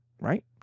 right